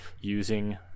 using